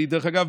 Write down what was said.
דרך אגב,